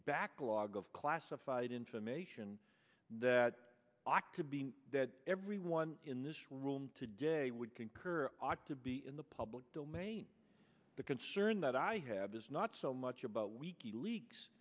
backlog of classified information that i could be that everyone in this room today would concur ought to be in the public domain the concern that i have is not so much about weiqi lea